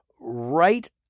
right